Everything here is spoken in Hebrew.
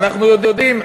ואנחנו יודעים,